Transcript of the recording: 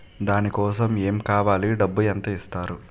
దాని కోసం ఎమ్ కావాలి డబ్బు ఎంత ఇస్తారు?